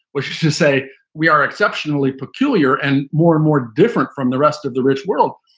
which is to say we are exceptionally peculiar and more and more different from the rest of the rich world.